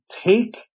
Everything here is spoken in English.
take